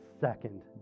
second